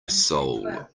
soul